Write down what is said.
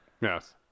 Yes